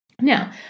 Now